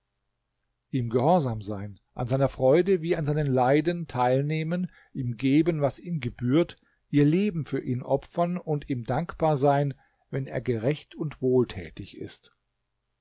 ihm gehorsam sein an seiner freude wie an seinen leiden teilnehmen ihm geben was ihm gebührt ihr leben für ihn opfern und ihm dankbar sein wenn er gerecht und wohltätig ist